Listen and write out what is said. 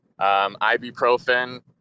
ibuprofen